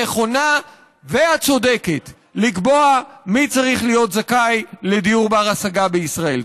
הנכונה והצודקת לקבוע מי צריך להיות זכאי לדיור בר-השגה בישראל.